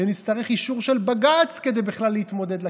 שנצטרך אישור של בג"ץ כדי בכלל להתמודד לכנסת,